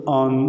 on